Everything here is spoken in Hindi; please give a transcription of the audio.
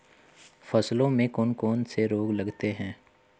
फसलों में कौन कौन से रोग लगते हैं?